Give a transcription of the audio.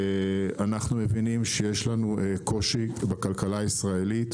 אנחנו מבינים שיש לנו קושי משמעותי בכלכלה הישראלית.